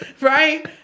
right